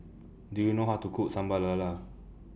Do YOU know How to Cook Sambal Lala